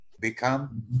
Become